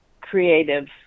creative